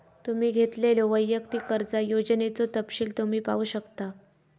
तुम्ही घेतलेल्यो वैयक्तिक कर्जा योजनेचो तपशील तुम्ही पाहू शकता